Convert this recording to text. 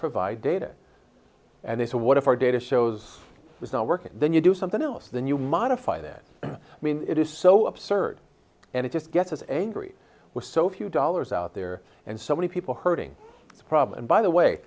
provide data and they said what if our data shows it's not working then you do something else then you modify that i mean it is so absurd and it just gets angry with so few dollars out there and so many people hurting the problem and by the way